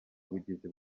bugizi